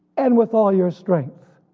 and with all your strength.